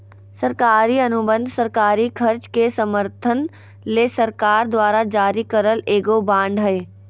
सरकारी अनुबंध सरकारी खर्च के समर्थन ले सरकार द्वारा जारी करल एगो बांड हय